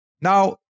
Now